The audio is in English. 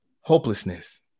hopelessness